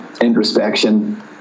introspection